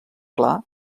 clar